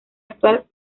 actual